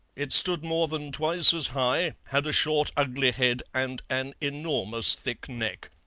it stood more than twice as high, had a short, ugly head, and an enormous thick neck.